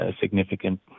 significant